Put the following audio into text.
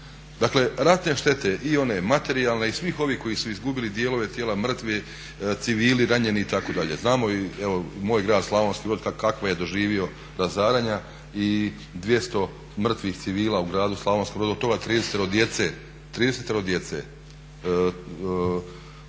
Dakle ratne štete i one materijalne i svih ovih koji su izgubili dijelove tijela, mrtvi, civili, ranjeni itd. Znamo evo i moj grad Slavonski brod kakva je doživio razaranja i 200 mrtvih civila u gradu Slavonskom Brodu, od toga 30 djece. 30 djece.